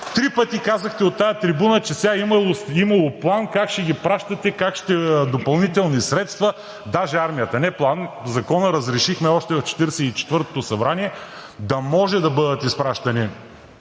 Три пъти казахте от тази трибуна, че сега имало план как ще ги пращате, допълнителни средства – даже армията, не план. В Закона разрешихме, още в 44-тото събрание, да може да бъдат изпращани